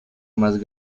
más